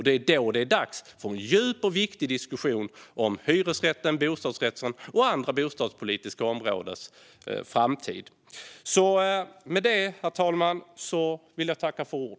Det är då det är dags för en djup och viktig diskussion om hyresrättens, bostadsrättens och andra bostadspolitiska områdens framtid.